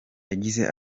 yagize